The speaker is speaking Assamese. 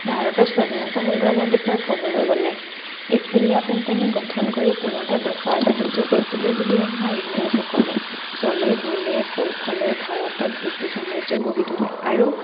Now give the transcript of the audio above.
ভাৰতৰ স্বাধীনতা সংগ্ৰামৰ কথা ক'বলৈ গ'লে ইষ্ট ইণ্ডিয়া কোম্পানী গঠন কৰি পোনতে বেপাৰ বাণিজ্য কৰিবলৈ বুলি অহা ইংৰাজসকলে চলে বলে কৌশলে ভাৰতত ব্ৰিটিছ সাম্ৰাজ্য গঢ়ি তোলে আৰু